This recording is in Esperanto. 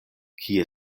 kie